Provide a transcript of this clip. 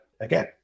again